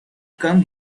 come